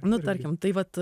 na tarkim tai vat